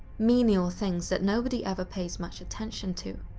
menial things that nobody ever pays much attention to.